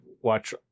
watch